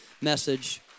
message